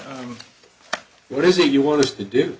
you what is it you want us to do